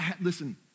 Listen